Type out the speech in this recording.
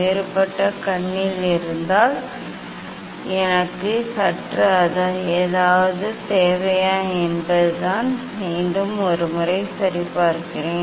வேறுபட்ட கண்ணில் இருந்ததால் எனக்கு சற்று ஏதாவது தேவையா என்பதுதான் மீண்டும் ஒரு முறை சரிபார்க்கிறேன்